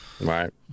right